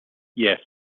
yes